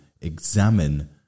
examine